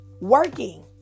working